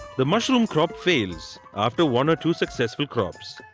the mushroom crop fails after one or two successful crops.